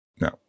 no